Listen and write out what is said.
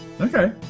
Okay